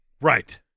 Right